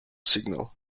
signal